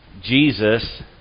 Jesus